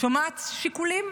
שומעת שיקולים,